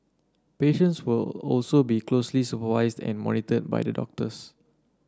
patients will also be closely supervised and monitored by the doctors